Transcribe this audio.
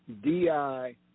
DI